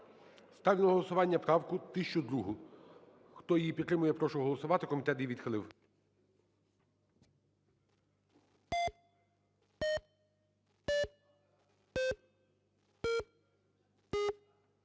Ставлю на голосування правку 1007. Хто її підтримує, прошу голосувати. Комітет її відхилив.